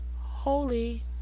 holy